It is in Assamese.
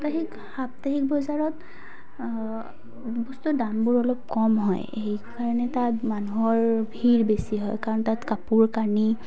সাপ্তাহিক সাপ্তাহিক বজাৰত বস্তুৰ দামবোৰ অলপ কম হয় সেইকাৰণে তাত মানুহৰ ভিৰ বেছি হয় কাৰণ তাত কাপোৰ কানি